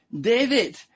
David